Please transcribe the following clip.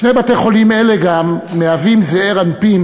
שני בתי-חולים אלה גם מהווים זעיר אנפין